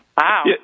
Wow